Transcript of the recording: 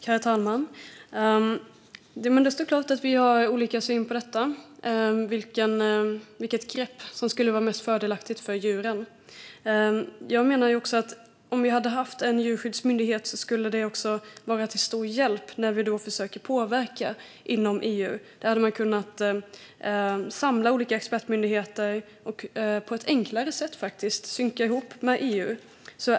Herr talman! Det står klart att vi har olika syn när det gäller vilket grepp som skulle vara mest fördelaktigt för djuren. Jag menar att en djurskyddsmyndighet skulle vara till stor hjälp när vi försöker påverka inom EU. Där hade man kunnat samla olika expertmyndigheter och på ett enklare sätt synka med EU.